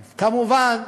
כמובן,